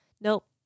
nope